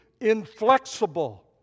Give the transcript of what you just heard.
inflexible